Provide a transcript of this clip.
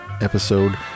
episode